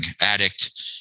addict